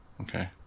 Okay